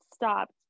stopped